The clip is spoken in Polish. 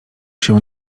się